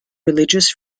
religious